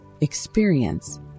experience